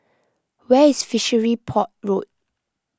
where is Fishery Port Road